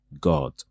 God